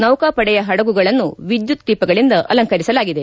ನೌಕಾಪಡೆಯ ಹಡಗುಗಳನ್ನು ವಿದ್ದುತ್ ದೀಪಗಳಿಂದ ಅಲಂಕರಿಸಲಾಗಿದೆ